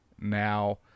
now